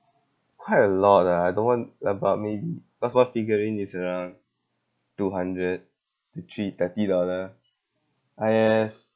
quite a lot lah I don't want about maybe cause one figurine is around two hundred the tree thirty dollar ah yes